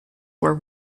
were